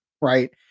Right